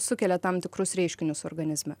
sukelia tam tikrus reiškinius organizme